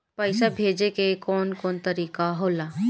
पइसा भेजे के कौन कोन तरीका होला?